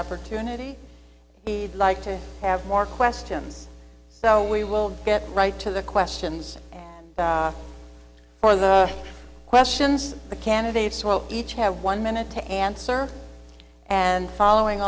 opportunity he'd like to have more questions so we will get right to the questions for the questions the candidates will each have one minute to answer and following